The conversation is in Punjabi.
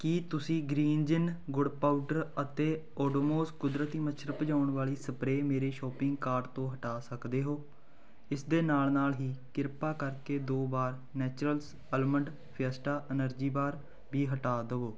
ਕੀ ਤੁਸੀਂ ਗਰੀਨਜਿਨ ਗੁੜ ਪਾਊਡਰ ਅਤੇ ਓਡੋਮੋਸ ਕੁਦਰਤੀ ਮੱਛਰ ਭਜਾਉਣ ਵਾਲੀ ਸਪਰੇਅ ਮੇਰੇ ਸ਼ੋਪਿੰਗ ਕਾਰਟ ਤੋਂ ਹਟਾ ਸਕਦੇ ਹੋ ਇਸ ਦੇ ਨਾਲ ਨਾਲ ਹੀ ਕ੍ਰਿਪਾ ਕਰਕੇ ਦੋ ਵਾਰ naturals almond fiesta energy bar ਵੀ ਹਟਾ ਦੇਵੋ